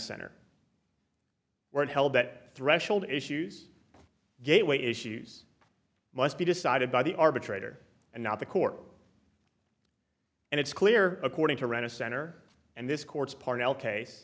where it held that threshold issues gateway issues must be decided by the arbitrator and not the court and it's clear according to run a center and this court's pournelle case